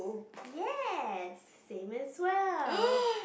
yes it's the same as well